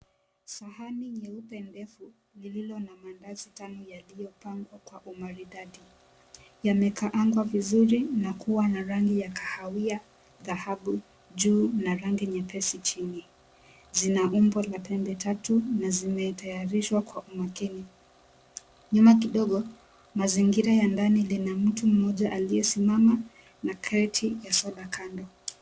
Sahani nyeupe ndefu lililo na mandazi tano yaliyopangwa kwa umaridadi. Yamekaangwa vizuri na kuwa na rangi ya kahawia, dhahabu juu na rangi nyepesi chini. Zina umbo la pembe tatu na zimetayarishwa kwa umakini. Nyuma kidogo mazingira ya ndani lina mtu mmoja aliyesimama na kreti ya soda kando.